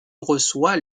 reçoit